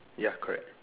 ya correct